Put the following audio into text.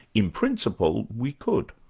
in principle, we could'.